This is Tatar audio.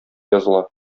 языла